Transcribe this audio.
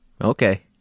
Okay